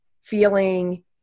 feeling